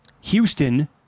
Houston